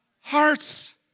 hearts